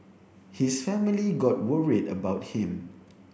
his family got worried about him